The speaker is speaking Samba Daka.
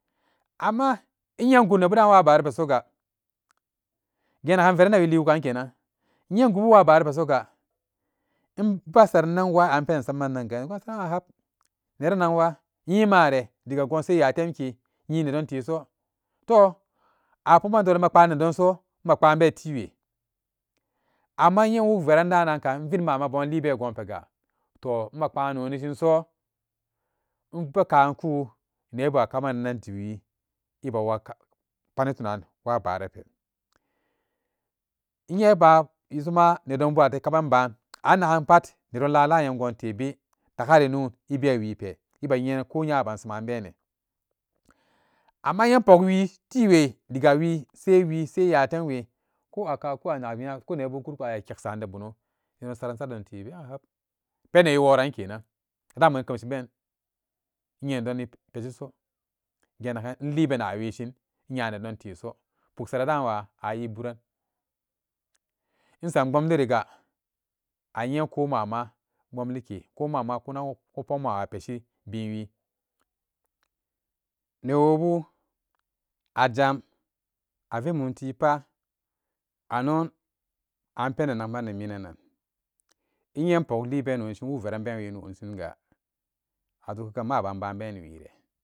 Amma inye ingut nebuden waa baara soga gennagan veranden wiiliwugan kenan inye ingubu waa baara pe soga imbasaranan waa anpendensamma nga eyasaranan ahap nerananwa nyi mare daga goon sai yatemke nyin nedon teso toh a pukmanan dole inbe pbaani nedonso, maa pbaabe tiiwe amma inye inwuk veran danankan invit ma'ama bonli be gonpega toh mapbaa noni shin so invekanku nebu akamanan timwii ebewaka pani tuna waa baara pe inye ebaari wiisoma nedonbu ate kaman baan annanganpat nedon laalan yemgontebe taga ri nuun ibe wiipe inbe yenan ko nyaban saaman bene amma inye inpok wi tiiwe diga wii sai wii sai yatemwe ko akaku anaknya ko nebu ekurka e keksan de bono nedon saran sadon teebe ahap penden wii wooran kenan dama inkemshi been inye needoni peshi so gennagan inli benawishn inaya nedon teso puksaradan waa awiiburan insampbomliriga a nyenko mamapbamlike ko mama kunak ku pokman waa pesti binwi newobu ajam avimum tii paa anon anpenden nakmani minanan innye in pokinlibe noni shin inwuk veran penwe noni shin gaa azugu kaga ma'man banbeni wiire